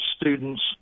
students